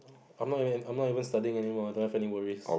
I'm not I'm not even studying anymore I don't have any worries